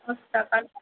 వస్తా